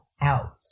out